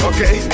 Okay